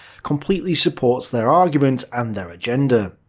completely supports their argument and their agenda.